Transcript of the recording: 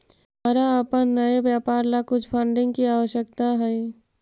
हमारा अपन नए व्यापार ला कुछ फंडिंग की आवश्यकता हई